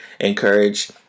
encourage